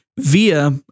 via